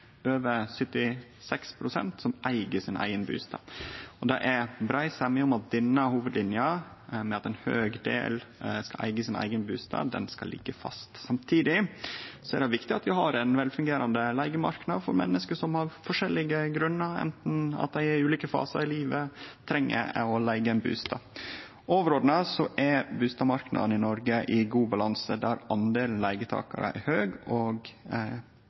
over 76 pst. som eig sin eigen bustad. Det er brei semje om at denne hovudlinja, med at ein stor del skal eige sin eigen bustad, skal liggje fast. Samtidig er det viktig at vi har ein godt fungerande leigemarknad for menneske som av forskjellige grunnar, som at dei er i ulike fasar i livet, treng å leige ein bustad. Overordna er bustadmarknaden i Noreg i god balanse. Andelen leigetakarar er stor, og